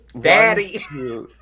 daddy